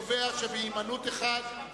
אני קובע שבהימנעות אחת,